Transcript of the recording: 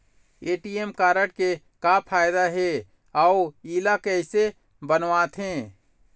ATM card के का फायदा हे अऊ इला कैसे बनवाथे?